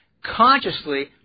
consciously